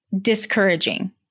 discouraging